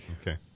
Okay